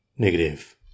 Negative